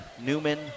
Newman